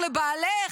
לבעלך,